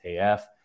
AF